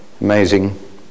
amazing